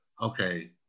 okay